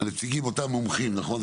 נציגים, אותם מומחים, נכון?